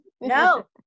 no